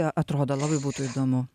atrodo labai būtų įdomu